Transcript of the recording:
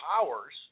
powers